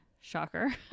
Shocker